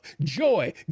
joy